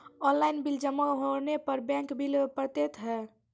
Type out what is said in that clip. Online bill जमा होने पर बैंक बिल पड़तैत हैं?